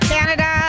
Canada